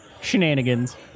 Shenanigans